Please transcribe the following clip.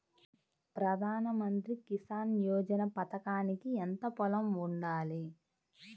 ప్రధాన మంత్రి కిసాన్ యోజన పథకానికి ఎంత పొలం ఉండాలి?